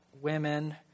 women